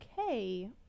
okay